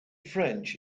french